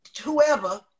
whoever